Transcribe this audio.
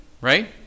right